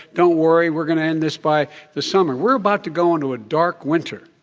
don't worry, we're going to end this by the summer. we're about to go into a dark winter,